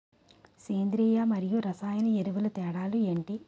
సేంద్రీయ మరియు రసాయన ఎరువుల తేడా లు ఏంటి?